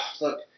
look